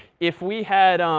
if we had